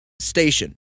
station